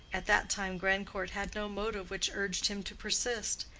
at that time grandcourt had no motive which urged him to persist,